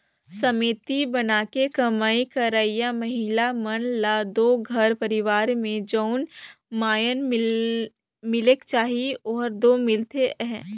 समिति बनाके कमई करइया महिला मन ल दो घर परिवार में जउन माएन मिलेक चाही ओहर दो मिलते अहे